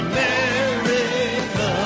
America